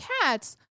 cats